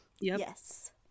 yes